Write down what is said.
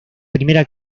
primera